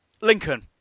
Lincoln